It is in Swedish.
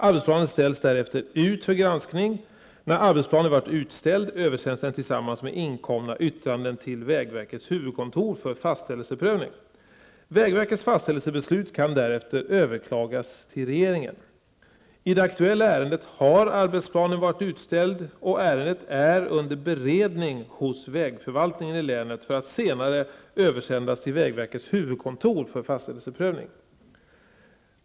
Arbetsplanen ställs därefter ut för granskning. När arbetsplanen varit utställd översänds den tillsammans med inkomna yttranden till vägverkets huvudkontor för fastställelseprövning. Vägverkets fastställelsebeslut kan därefter överklagas till regeringen. I det aktuella ärendet har arbetsplanen varit utställd, och ärendet är under beredning hos vägförvaltningen i länet för att senare översändas till vägverkets huvudkontor för fastställelseprövning.